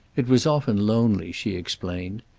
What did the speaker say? it was often lonely, she explained.